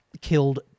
killed